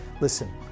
Listen